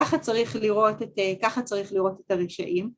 ‫ככה צריך לראות את הרשעים.